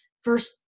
First